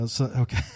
Okay